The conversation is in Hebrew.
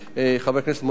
חבר הכנסת משה גפני,